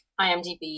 IMDb